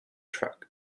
truck